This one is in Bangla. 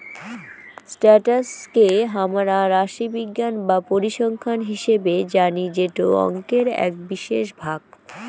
স্ট্যাটাস কে হামরা রাশিবিজ্ঞান বা পরিসংখ্যান হিসেবে জানি যেটো অংকের এক বিশেষ ভাগ